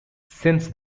since